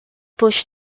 push